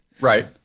Right